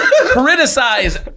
criticize